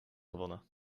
gewonnen